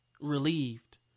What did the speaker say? relieved